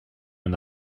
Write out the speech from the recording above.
and